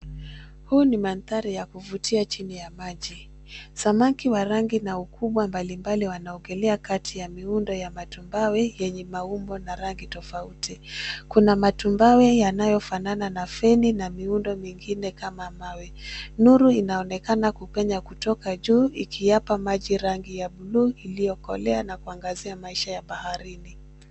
Huu ni mandhari ya kuvutia chini ya maji. Samaki wa rangi na ukubwa mbalimbali wanaogelea kati ya miundo ya matumbawe yenye maumbo na rangi tofauti. Kuna matumbawe yanayofanana na feni na miundo mingine kama mawe. Nuru inaonekana kupenya kutoka juu ikiyapa maji rangi ya bluu iliyokolea na kuangazia maisha ya baharini.